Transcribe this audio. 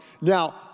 Now